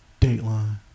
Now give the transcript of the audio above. Dateline